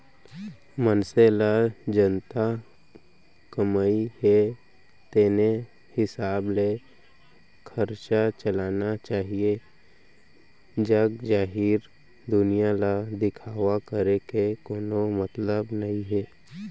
मनसे ल जतना कमई हे तेने हिसाब ले खरचा चलाना चाहीए जग जाहिर दुनिया ल दिखावा करे के कोनो मतलब नइ हे